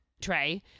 trey